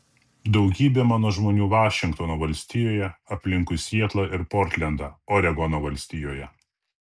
daugybė mano žmonių vašingtono valstijoje aplinkui sietlą ir portlendą oregono valstijoje